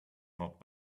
not